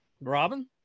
robin